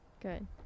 good